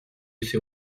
ses